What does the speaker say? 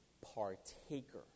Partaker